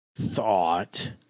thought